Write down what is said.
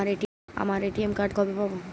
আমার ATM card কবে পাব?